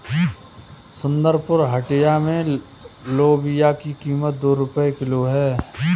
सुंदरपुर हटिया में लोबिया की कीमत दो सौ रुपए किलो है